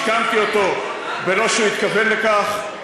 השכמתי אותו בלא שהוא התכוון לכך,